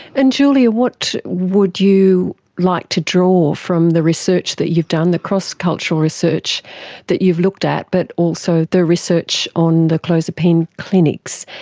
and julia, what would you like to draw from the research that you've done, the cross-cultural research that you've looked at but also the research on the clozapine clinics,